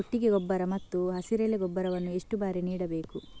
ಕೊಟ್ಟಿಗೆ ಗೊಬ್ಬರ ಮತ್ತು ಹಸಿರೆಲೆ ಗೊಬ್ಬರವನ್ನು ಎಷ್ಟು ಬಾರಿ ನೀಡಬೇಕು?